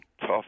tough